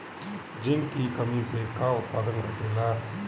Zinc की कमी से का उत्पादन घटेला?